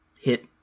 hit